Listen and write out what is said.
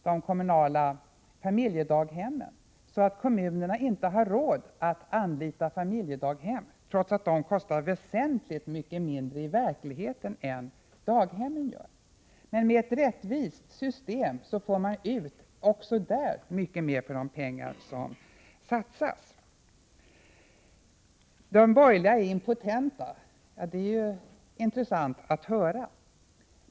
de kommunala familjedaghemmen så att kommunerna inte har råd att anlita familjedaghem trots att dessa kostar väsentligt mindre i verkligheten än vad daghemmen gör. Men med ett rättvist system får man också där ut mycket mer för de pengar som satsas. De borgerliga är impotenta — ja, det är ju intressant att höra.